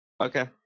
Okay